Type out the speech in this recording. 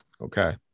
Okay